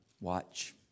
Watch